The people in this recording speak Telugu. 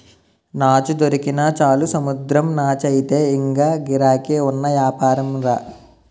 నాచు దొరికినా చాలు సముద్రం నాచయితే ఇంగా గిరాకీ ఉన్న యాపారంరా